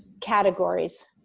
categories